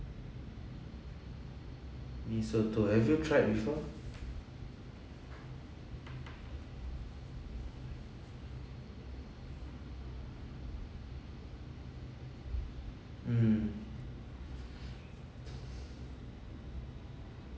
mee soto have you tried before mm